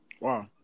Wow